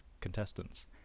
contestants